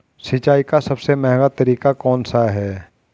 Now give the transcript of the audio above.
सिंचाई का सबसे महंगा तरीका कौन सा है?